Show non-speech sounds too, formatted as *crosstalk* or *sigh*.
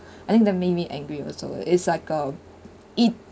*breath* I think that made me angry also is like a it